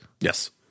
Yes